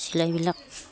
চিলাইবিলাক